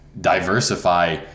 diversify